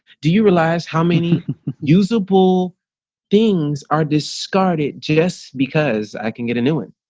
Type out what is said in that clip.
do you realize how many usable things are discarded just because i can get a new one.